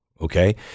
okay